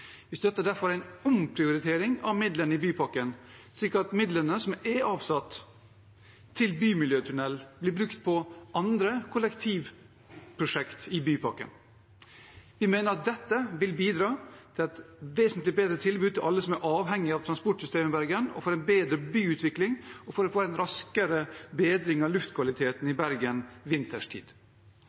Vi støtter derfor en omprioritering av midlene i bypakken, slik at midlene som er avsatt til bymiljøtunnel, blir brukt på andre kollektivprosjekter i bypakken. Vi mener at dette vil bidra til et vesentlig bedre tilbud til alle som er avhengige av transportsystemet i Bergen, til en bedre byutvikling og til å få en raskere bedring av luftkvaliteten i Bergen vinterstid.